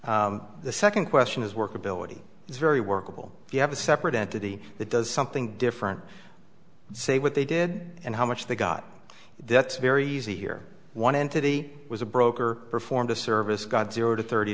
afterwards the second question is workability it's very workable if you have a separate entity that does something different say what they did and how much they got that's very easy here one entity was a broker performed a service god zero to thirty